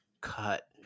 cut